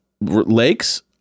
lakes